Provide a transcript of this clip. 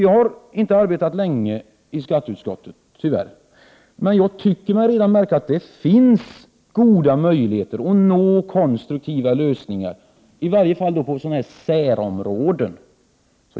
Jag har inte arbetat länge i skatteutskottet, tyvärr, men jag tycker mig redan märka att det finns goda möjligheter att nå konstruktiva lösningar, i varje fall på sådana här särområden.